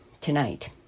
tonight